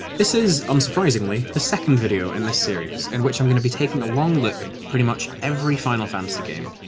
this is, unsurprisingly, the second video in this series, in which i'm going to be taking a long look at pretty much every final fantasy game,